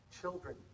Children